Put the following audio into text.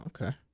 Okay